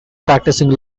practicing